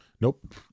Nope